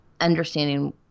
understanding